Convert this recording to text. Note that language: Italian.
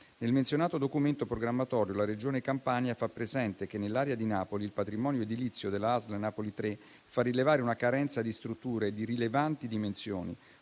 Nel menzionato documento programmatorio la Regione Campania fa presente che, nell'area di Napoli, il patrimonio edilizio della ASL Napoli 3 fa rilevare una carenza di strutture di rilevanti dimensioni,